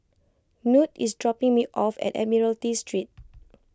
Knute is dropping me off at Admiralty Street